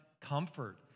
comfort